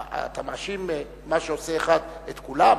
אתה מאשים במה שעושה אחד את כולם?